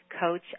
coach